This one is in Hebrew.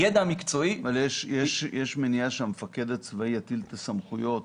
יש מניעה שהמפקד הצבאי יטיל את הסמכויות